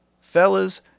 Fellas